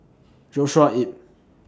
Joshua Ip